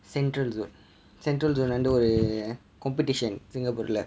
central zone central zone வந்து ஒரு:vanthu oru competition சிங்கப்பூரில:singapurile